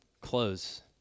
close